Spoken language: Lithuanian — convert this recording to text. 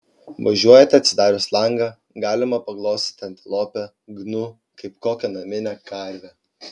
važiuojate atsidarius langą galima paglostyti antilopę gnu kaip kokią naminę karvę